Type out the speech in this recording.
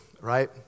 right